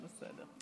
בסדר.